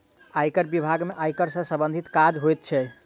आयकर बिभाग में आयकर सॅ सम्बंधित काज होइत छै